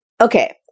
okay